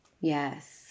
Yes